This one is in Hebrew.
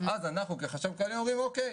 אז אנחנו כחשב כללי אומרים אוקי,